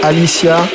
Alicia